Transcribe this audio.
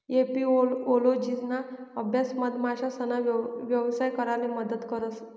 एपिओलोजिना अभ्यास मधमाशासना यवसाय कराले मदत करस